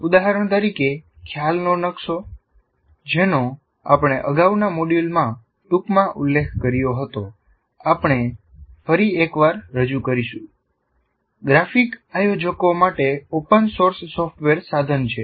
ઉદાહરણ તરીકે ખ્યાલનો નકશો જેનો આપણે અગાઉના મોડ્યુલમાં ટૂંકમાં ઉલ્લેખ કર્યો છે આપણે ફરી એકવાર રજૂ કરીશું ગ્રાફિક આયોજકો માટે ઓપન સોર્સ સોફ્ટવેર સાધન છે